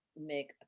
make